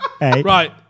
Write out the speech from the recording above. right